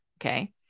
okay